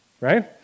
right